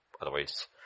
otherwise